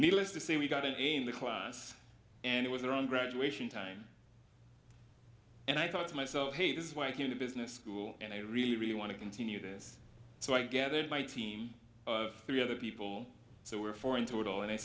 needless to say we got an a in the class and it was around graduation time and i thought to myself hey this is why i came to business school and i really really want to continue this so i gathered my team of three other people so we're four in total and i